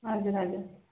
हजुर हजुर